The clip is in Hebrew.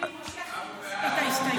תודה רבה, אדוני.